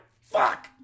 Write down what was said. Fuck